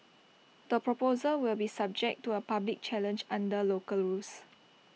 the proposal will be subject to A public challenge under local rules